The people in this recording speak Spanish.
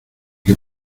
que